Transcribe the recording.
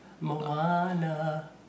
Moana